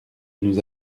nous